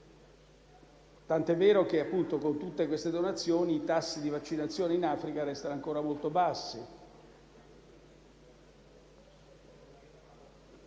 tanto è vero che con tutte le donazioni i tassi di vaccinazione in Africa restano ancora molto bassi.